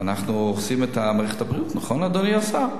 אנחנו הורסים את מערכת הבריאות, נכון, אדוני השר?